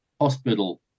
hospital